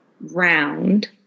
round